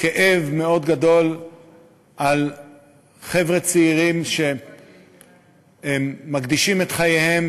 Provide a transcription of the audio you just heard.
כאב מאוד גדול על חבר'ה צעירים שמקדישים את חייהם,